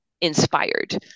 inspired